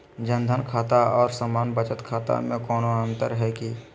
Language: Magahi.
जन धन खाता और सामान्य बचत खाता में कोनो अंतर है की?